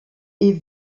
est